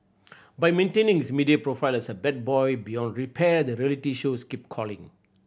by maintaining his media profile as a bad boy beyond repair the reality shows keep calling